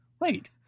wait